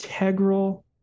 integral